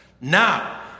Now